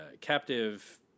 captive